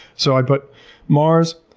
so i put mars,